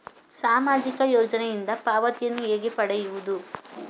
ಸಾಮಾಜಿಕ ಯೋಜನೆಯಿಂದ ಪಾವತಿಯನ್ನು ಹೇಗೆ ಪಡೆಯುವುದು?